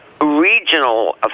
regional